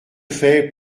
fais